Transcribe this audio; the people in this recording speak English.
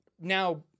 now